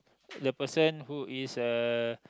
the person who is a